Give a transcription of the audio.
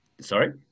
Sorry